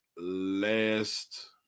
last